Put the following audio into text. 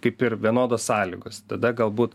kaip ir vienodos sąlygos tada galbūt